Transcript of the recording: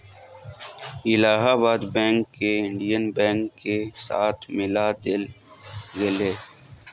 Allahabad bank के Indian bank के साथ मिला देल गेले